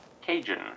Cajun